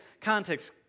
context